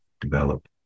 develop